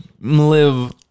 live